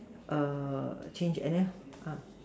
err change and then ah